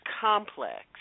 complex